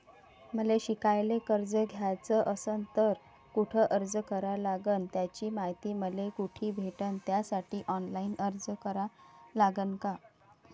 मले शिकायले कर्ज घ्याच असन तर कुठ अर्ज करा लागन त्याची मायती मले कुठी भेटन त्यासाठी ऑनलाईन अर्ज करा लागन का?